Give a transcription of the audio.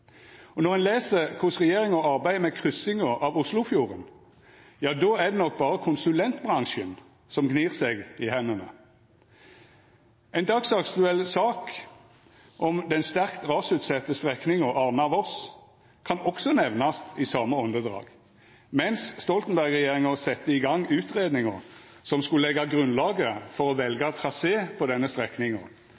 Og når ein les korleis regjeringa arbeider med kryssinga av Oslofjorden, ja da er det nok berre konsulentbransjen som gnir seg i hendene. Ei dagsaktuell sak om den sterkt rasutsette strekninga Arna–Voss kan nemnast i same andedrag. Mens Stoltenberg-regjeringa sette i gang utgreiinga som skulle leggja grunnlaget for å velja